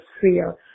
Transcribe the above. fear